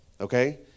Okay